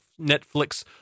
Netflix